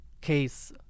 case